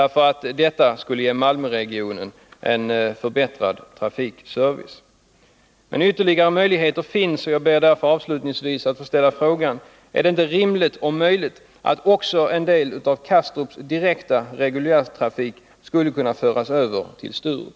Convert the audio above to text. Detta skulle ge Malmöregionen en förbättrad trafikservice. Men ytterligare möjligheter finns. Jag ber därför avslutningsvis att få ställa frågan: Är det inte rimligt och möjligt att också en del av Kastrups direkta reguljärtrafik skulle kunna föras över till Sturup?